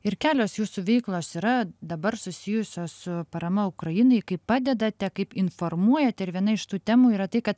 ir kelios jūsų veiklos yra dabar susijusios su parama ukrainai kaip padedate kaip informuoja viena iš tų temų yra tai kad